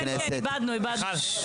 איבדנו, איבדנו.